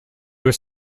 was